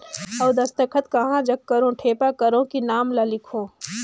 अउ दस्खत कहा जग करो ठेपा करो कि नाम लिखो?